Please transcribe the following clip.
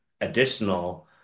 additional